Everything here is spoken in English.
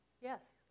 Yes